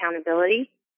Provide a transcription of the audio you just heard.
accountability